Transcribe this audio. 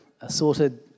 Assorted